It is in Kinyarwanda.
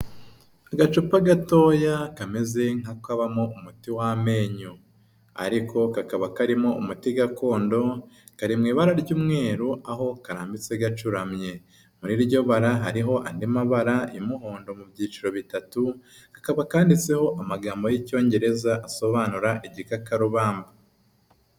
Agacupa gatoya kameze nka kabamo umuti w'amenyo, ariko kakaba karimo umuti gakondo, kari mu ibara ry'umweru aho karambitse gacuramye, muri iryo bara hariho andi mabara y'umuhondo mu byiciro bitatu, kakaba kanditseho amagambo y'Icyongereza asobanura igikakarubamba.